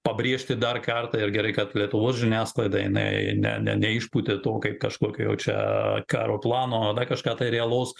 pabrėžti dar kartą ir gerai kad lietuvos žiniasklaida jinai ne ne neišpūtė to kaip kažkokio jau čia karo plano o kažką realaus